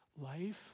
Life